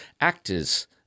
Actors